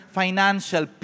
financial